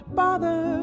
bother